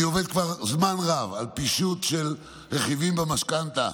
אני עובד כבר זמן רב על פישוט של רכיבים במשכנתה,